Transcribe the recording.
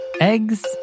eggs